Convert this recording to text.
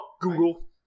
Google